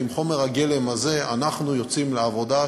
ועם חומר הגלם הזה אנחנו יוצאים לעבודה,